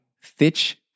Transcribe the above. Fitch